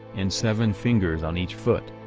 and seven fingers on each foot.